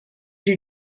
you